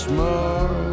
more